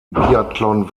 biathlon